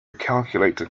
calculator